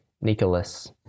Nicholas